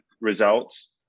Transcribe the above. results